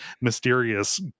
mysterious